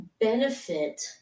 benefit